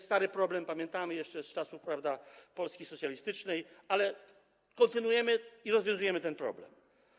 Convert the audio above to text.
Stary problem, pamiętamy go jeszcze z czasów Polski socjalistycznej, ale kontynuujemy to i rozwiązujemy ten problem.